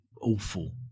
awful